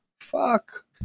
fuck